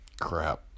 crap